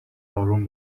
اروم